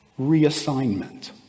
reassignment